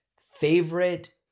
favorite